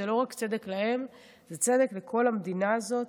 זה לא רק צדק להן, זה צדק לכל המדינה הזאת.